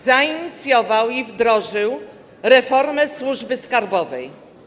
Zainicjował i wdrożył reformę służby skarbowej.